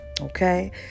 Okay